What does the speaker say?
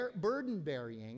burden-bearing